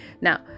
Now